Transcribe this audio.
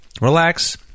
relax